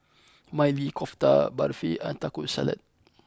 Mali Kofta Barfi and Taco Salad